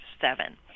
seven